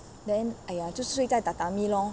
then !aiya! 就是